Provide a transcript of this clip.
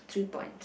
three points